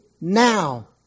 now